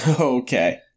Okay